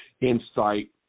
insight